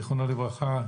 זיכרונו לברכה,